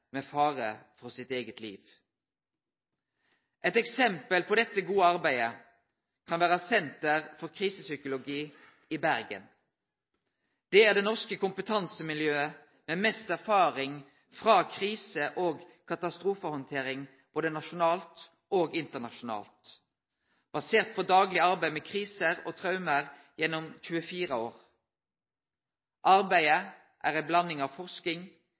med fare for sitt eige liv. Eit eksempel på dette gode arbeidet kan vere Senter for Krisepsykologi i Bergen. Det er det norske kompetansemiljøet med mest erfaring frå krise- og katastrofehandtering både nasjonalt og internasjonalt, basert på dagleg arbeid med kriser og traume gjennom 24 år. Arbeidet er ei blanding av forsking,